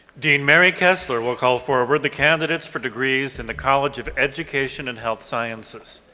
dean mary kessler will call forward the candidates for degrees in the college of education and health sciences.